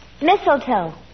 Mistletoe